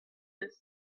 deux